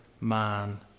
man